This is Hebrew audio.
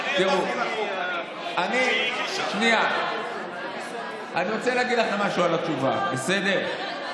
תראו, אני רוצה להגיד לכם משהו על התשובה, בסדר?